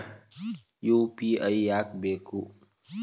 UPI ಯಾಕ್ ಬೇಕು?